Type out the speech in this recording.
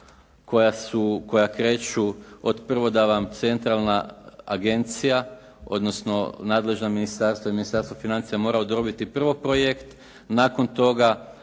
koja su, koja kreću od prvo da vam centralna agencija, odnosno nadležna ministarstva i Ministarstvo financija mora odobriti prvo projekt nakon toga